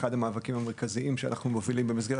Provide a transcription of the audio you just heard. אחד המאבקים המרכזיים שאנחנו מובילים במסגרת